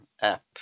app